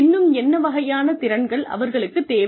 இன்னும் என்ன வகையான திறன்கள் அவர்களுக்குத் தேவை